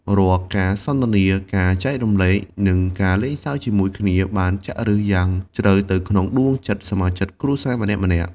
រាល់ការសន្ទនា ការចែករំលែក និងការលេងសើចជាមួយគ្នា បានចាក់ឬសយ៉ាងជ្រៅទៅក្នុងដួងចិត្តសមាជិកគ្រួសារម្នាក់ៗ។